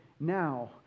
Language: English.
now